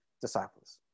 disciples